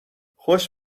خوش